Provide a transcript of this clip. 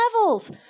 levels